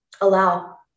allow